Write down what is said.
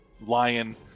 lion